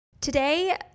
Today